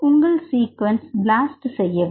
உங்கள் sequence blast செய்யவும்